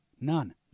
None